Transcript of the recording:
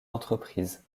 entreprises